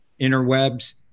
interwebs